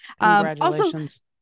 congratulations